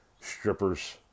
strippers